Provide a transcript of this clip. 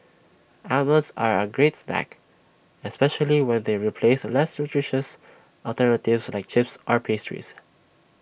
almonds are A great snack especially when they replace less nutritious alternatives like chips or pastries